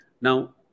Now